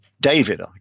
David